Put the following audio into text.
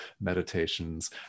meditations